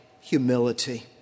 humility